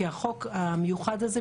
כי החוק המיוחד הזה,